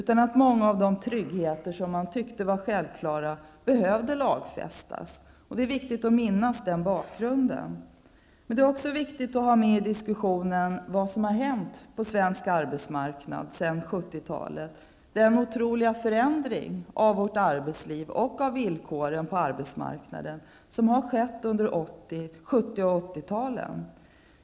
Mycket av den trygghet som man tyckte var självklar behövde lagfästas. Det är viktigt att minnas denna bakgrund. Det är också viktigt för diskussionen att tänka på vad som har hänt på svensk arbetsmarknad sedan 1970-talet: den otroliga förändringen under 1970 och 1980-talet av vårt arbetsliv och av villkoren på arbetsmarknaden.